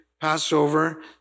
Passover